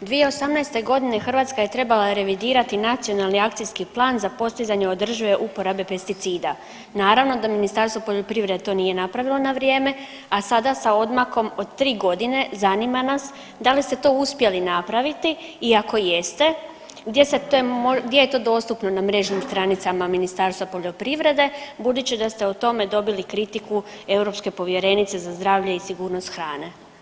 2018. godine Hrvatska je trebala revidirati Nacionalni akcijski plan za postizanje održive uporabe pesticida, naravno da Ministarstvo poljoprivrede to nije napravilo na vrijeme, a sada sa odmakom od 3 godine zanima nas da li ste to uspjeli napraviti i ako jeste gdje se to, gdje je to dostupno na mrežnim stranicama Ministarstva poljoprivrede budući da ste o tome dobili kritiku europske povjerenice za zdravlje i sigurnost hrane.